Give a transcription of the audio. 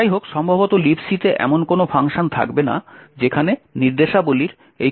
যাইহোক সম্ভবত libc তে এমন কোনও ফাংশন থাকবে না যেখানে নির্দেশাবলীর এই ক্রমটি রয়েছে